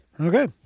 okay